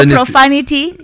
profanity